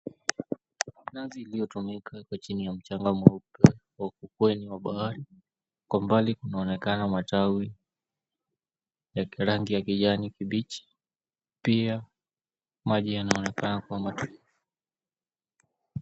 Nazi iliyotumika iko chini ya mchanga mweupe ifukweni mwa bahari na kwa mbali kunaonekana matawi ya rangi ya kijani kibichi pia maji yanaonekana kuwa matulivu.